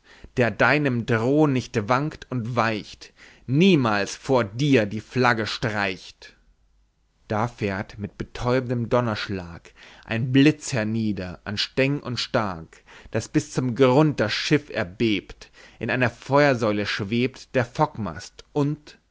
der deinem droh'n nicht wankt und weicht niemals vor dir die flagge streicht da fährt mit betäubendem donnerschlag ein blitz hernieder an steng und stag daß bis zum grund das schiff erbebt in einer feuersäule schwebt der fockmast und